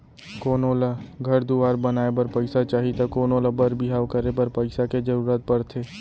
कोनो ल घर दुवार बनाए बर पइसा चाही त कोनों ल बर बिहाव करे बर पइसा के जरूरत परथे